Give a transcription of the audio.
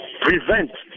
prevent